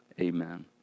Amen